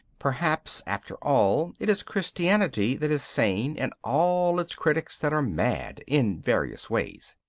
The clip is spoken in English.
perhaps, after all, it is christianity that is sane and all its critics that are mad in various ways.